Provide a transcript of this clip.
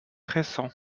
récent